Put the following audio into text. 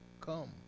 come